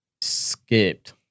skipped